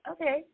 okay –